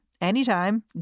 anytime